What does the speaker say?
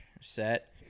set